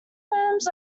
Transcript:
firms